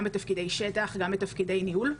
גם בתפקידי שטח וגם בתפקידי ניהול.